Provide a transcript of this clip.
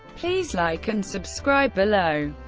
please like and subscribe below.